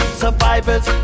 survivors